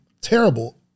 terrible